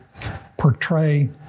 portray